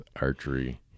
archery